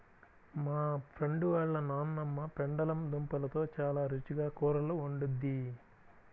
మా ఫ్రెండు వాళ్ళ నాన్నమ్మ పెండలం దుంపలతో చాలా రుచిగా కూరలు వండిద్ది